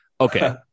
Okay